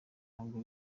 ntabwo